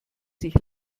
sich